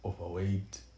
overweight